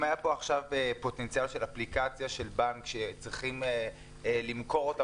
אם היה פה עכשיו פוטנציאל של אפליקציה של בנק שצריכים למכור אותה